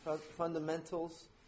fundamentals